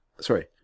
Sorry